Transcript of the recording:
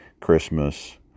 christmas